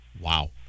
Wow